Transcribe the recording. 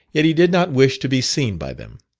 yet he did not wish to be seen by them,